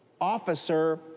officer